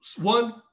one